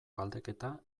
galdeketa